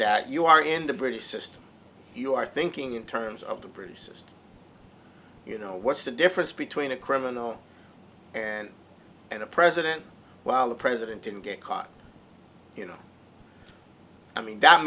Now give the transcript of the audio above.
that you are in the british system you are thinking in terms of the british system you know what's the difference between a criminal and a president while the president didn't get caught you know i mean that